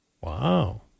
Wow